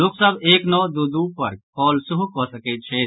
लोक सभ एक नओ दू दू पर कॉल सेहो कऽ सकैत छथि